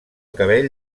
cabell